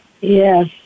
Yes